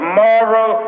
moral